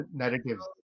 narratives